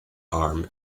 arm